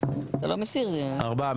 ארבעה.